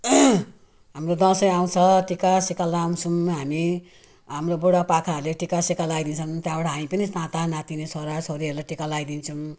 हाम्रो दसैँ आउँछ टिका सिका लगाउँछौँ हामी हाम्रो बुढापाकाहरूले टिका सिका लगाइदिन्छन् त्यहाँबाट हामी पनि नाता नातिनी छोरा छोरीहरूलाई टिका लगाइदिन्छौँ